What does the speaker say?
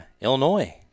Illinois